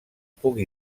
pugui